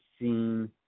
seen